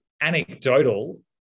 anecdotal